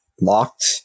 locked